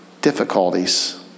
difficulties